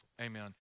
amen